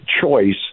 choice